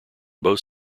both